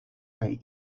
kaj